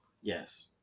Yes